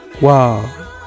Wow